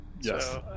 Yes